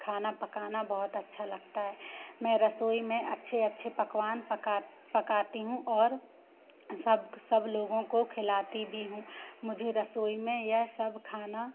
खाना पकाना बहुत अच्छा लगता है मैं रसोई में अच्छे अच्छे पकवान पका पकाती हूँ और सब सब लोगों को खिलाती भी हूँ मुझे रसोई में यह सब खाना